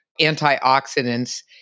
antioxidants